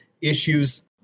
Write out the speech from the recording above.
issues